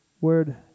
word